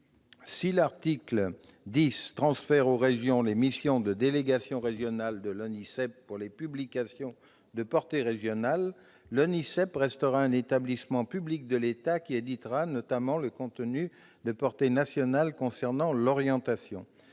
Si l'article 10 transfère aux régions les missions des délégations régionales de l'ONISEP pour les publications de portée régionale, l'Office restera toutefois un établissement public de l'État, qui éditera notamment les contenus de portée nationale concernant l'orientation.